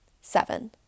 Seven